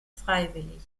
freiwillig